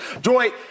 Joy